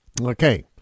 Okay